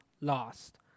lost